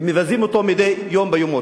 ומבזים אותו מדי יום ביומו.